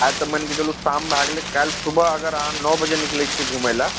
आइ तऽ मानिके चलू शाम भए गेलय काल्हि सुबह अगर अहाँ नओ बजे निकलय छियै घुमय लए